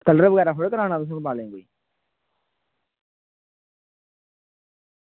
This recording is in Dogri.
कलर बगैरा थोह्ड़े कराना तुसें बालें गी कोई